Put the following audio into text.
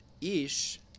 Ish